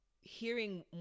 hearing